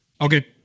Okay